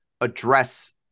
address